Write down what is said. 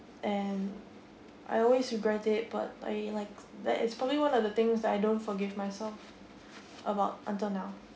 and I always regret it but I like that is probably one of the things that I don't forgive myself about until now